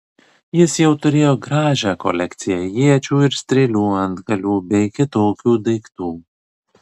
jis jau turėjo gražią kolekciją iečių ir strėlių antgalių bei kitokių daiktų